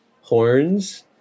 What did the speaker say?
horns